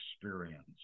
experience